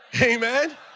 Amen